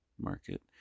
market